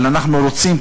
אבל אנחנו כן רוצים,